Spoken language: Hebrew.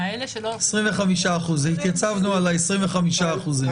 25%. התייצבנו על ה-25%.